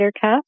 cuff